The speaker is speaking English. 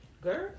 Girl